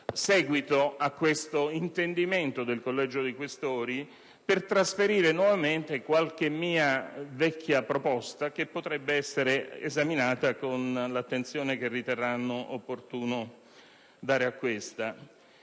seguito a questo intendimento del Collegio dei Questori, intendo proporre nuovamente qualche mia vecchia proposta, che chiedo sia esaminata con l'attenzione che riterranno opportuno prestarvi.